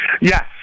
Yes